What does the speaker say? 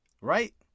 Right